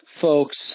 folks